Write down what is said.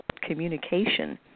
communication